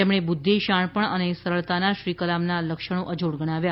તેમણે બુદ્ધિ શાણપણ અને સરળતાના શ્રી કલામનાં લક્ષણો અજોડ ગણાવ્યા